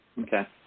Okay